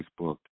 Facebook